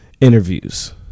interviews